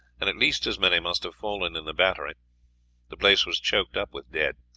and at least as many must have fallen in the battery the place was choked up with dead.